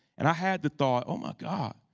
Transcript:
and i had the thought, oh, my god,